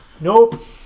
Nope